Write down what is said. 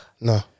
No